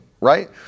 right